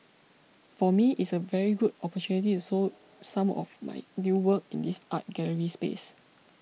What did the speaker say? for me it's a very good opportunity so some of my new work in this art gallery space